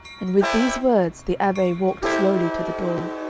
and with these words the abbe walked slowly to the door.